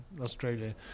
Australia